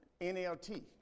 NLT